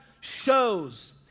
shows